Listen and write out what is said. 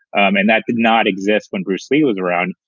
um and that did not exist when bruce lee was around.